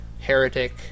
heretic